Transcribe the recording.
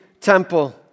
temple